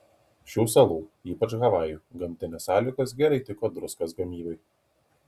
šių salų ypač havajų gamtinės sąlygos gerai tiko druskos gamybai